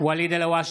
ואליד אלהואשלה,